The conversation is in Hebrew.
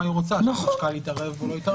היא רוצה שהחשכ"ל יתערב או לא יתערב.